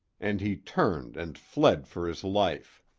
and he turned and fled for his life.